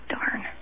Darn